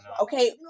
Okay